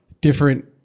different